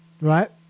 right